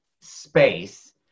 space